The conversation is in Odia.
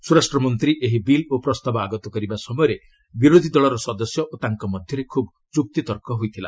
ସ୍ୱରାଷ୍ଟ୍ର ମନ୍ତ୍ରୀ ଏହି ବିଲ୍ ଓ ପ୍ରସ୍ତାବ ଆଗତ କରିବା ସମୟରେ ବିରୋଧୀ ଦଳର ସଦସ୍ୟ ଓ ତାଙ୍କ ମଧ୍ୟରେ ଖୁବ୍ ଯୁକ୍ତତର୍କ ହୋଇଥିଲା